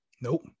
Nope